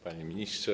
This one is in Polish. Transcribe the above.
Panie Ministrze!